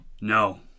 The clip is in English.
No